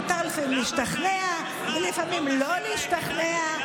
מותר לפעמים להשתכנע ולפעמים לא להשתכנע.